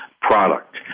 product